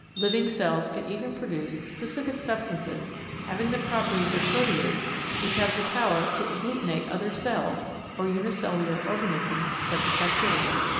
living cells can even produce specific substances having the properties of proteids which have the power to agglutinate other cells or unicellular organisms such as bacteria.